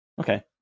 Okay